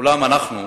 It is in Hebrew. אולם אנחנו,